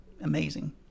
amazing